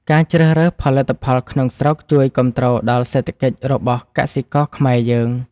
ការជ្រើសរើសផលិតផលក្នុងស្រុកជួយគាំទ្រដល់សេដ្ឋកិច្ចរបស់កសិករខ្មែរយើង។